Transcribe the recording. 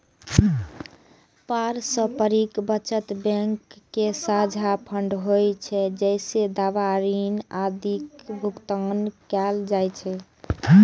पारस्परिक बचत बैंक के साझा फंड होइ छै, जइसे दावा, ऋण आदिक भुगतान कैल जाइ छै